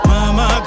Mama